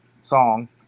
song